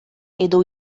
edo